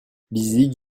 lizig